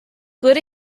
good